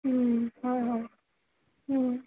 হয় হয়